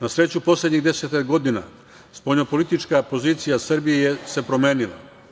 Na sreću, poslednjih 10-ak godina, spoljnopolitička pozicija Srbije se promenila.